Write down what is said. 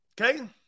Okay